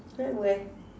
oh boy